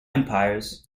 empires